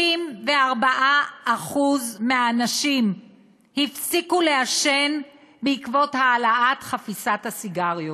34% מהאנשים הפסיקו לעשן בעקבות העלאת מחיר חפיסת הסיגריות.